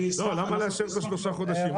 למה לאשר בשלושה חודשים?